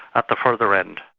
at the further end.